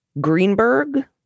Greenberg